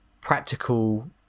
practical